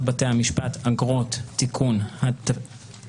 בתי המשפט (אגרות)(הוראת שעה תיקון),